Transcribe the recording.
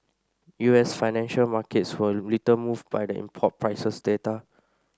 U S financial markets were little moved by the import prices data